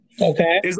okay